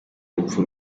urupfu